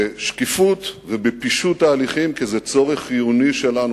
בשקיפות ובפישוט תהליכים, כי זה צורך חיוני שלנו.